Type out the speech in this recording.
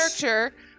character